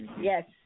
yes